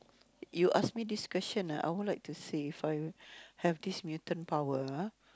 you ask me this question ah I would like to say if I have this mutant power ah